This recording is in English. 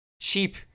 cheap